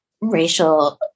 racial